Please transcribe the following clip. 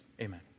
Amen